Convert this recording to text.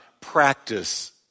practice